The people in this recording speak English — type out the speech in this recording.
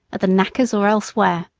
at the knacker's or elsewhere.